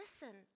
listen